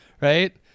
right